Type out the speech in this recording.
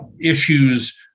issues